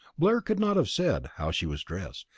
blair could not have said how she was dressed.